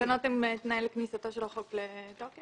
התקנות הן תנאי לכניסתו של החוק לתוקף?